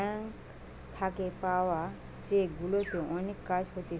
bank থাকে পাওয়া cheque গুলাতে অনেক কাজ হতিছে